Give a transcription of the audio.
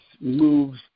moves